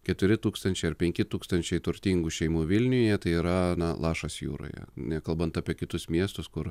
keturi tūkstančiai ar penki tūkstančiai turtingų šeimų vilniuje tai yra na lašas jūroje nekalbant apie kitus miestus kur